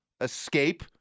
escape